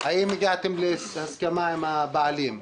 האם הגעתם להסכמה עם הבעלים,